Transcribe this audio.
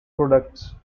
products